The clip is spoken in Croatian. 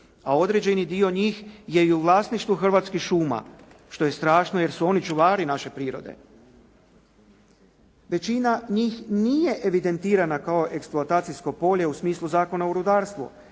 a određeni dio njih je i u vlasništvu Hrvatskih šuma što je strašno jer su oni čuvari naše prirode. Većina njih nije evidentirana kao eksploatacijsko polje u smislu Zakona o rudarstvu